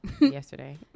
yesterday